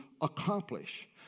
accomplish